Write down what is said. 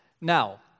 Now